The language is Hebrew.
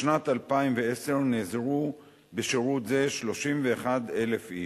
בשנת 2010 נעזרו בשירות זה 31,000 איש.